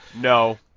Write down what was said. No